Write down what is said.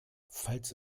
falls